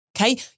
Okay